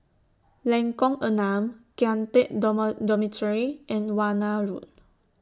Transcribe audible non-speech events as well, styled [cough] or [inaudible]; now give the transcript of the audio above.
Lengkong Enam Kian Teck [unintelligible] Dormitory and Warna Road